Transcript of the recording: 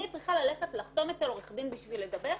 אני צריכה ללכת לחתום אצל עורך דין בשביל לדבר?